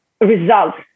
results